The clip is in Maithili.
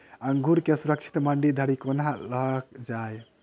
अंगूर केँ सुरक्षित मंडी धरि कोना लकऽ जाय?